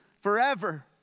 forever